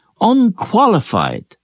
unqualified